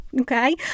okay